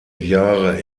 jahre